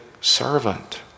servant